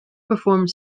performed